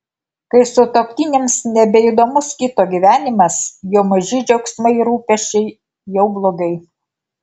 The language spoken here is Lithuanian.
kai sutuoktiniams nebeįdomus kito gyvenimas jo maži džiaugsmai ir rūpesčiai jau blogai